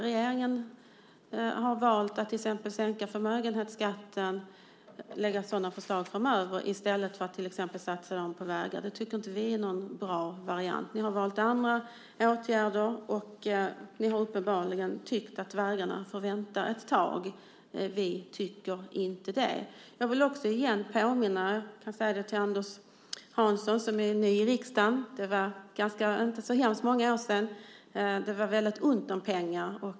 Regeringen har till exempel valt att lägga fram förslag om att sänka förmögenhetsskatten framöver i stället för att satsa pengarna på vägar. Det tycker inte vi är en bra variant. Ni har valt andra åtgärder och har uppenbarligen tyckt att vägarna får vänta ett tag. Det tycker inte vi. Jag vill igen påminna - och jag riktar mig till Anders Hansson som är ny i riksdagen - om att det för inte så hemskt många år sedan var väldigt ont om pengar.